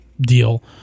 deal